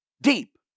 Deep